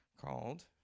called